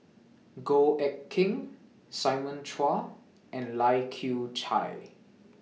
Goh Eck Kheng Simon Chua and Lai Kew Chai